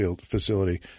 facility